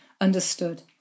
understood